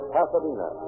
Pasadena